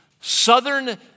Southern